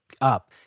up